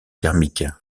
thermiques